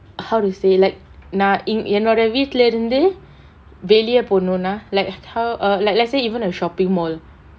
how to say like நா என்னோட வீட்ல இருந்து வெளிய போனுனா:naa ennoda veetla irunthu veliya ponunaa like how ah like let's say even a shopping mall